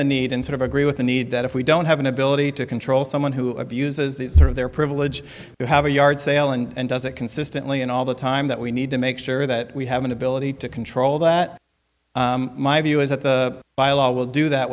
the need and sort of agree with the need that if we don't have an ability to control someone who abuses these are their privilege to have a yard sale and does it consistently and all the time that we need to make sure that we have an ability to control that my view is that the bylaw will do that